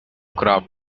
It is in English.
craft